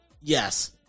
yes